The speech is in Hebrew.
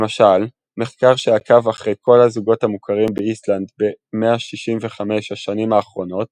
למשל מחקר שעקב אחרי כל הזוגות המוכרים באיסלנד ב-165 השנים האחרונות